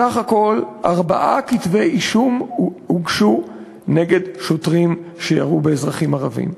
בסך הכול ארבעה כתבי-אישום הוגשו נגד שוטרים שירו באזרחים ערבים,